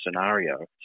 scenario